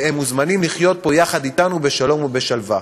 והם מוזמנים לחיות פה יחד אתנו בשלום ובשלווה.